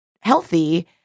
healthy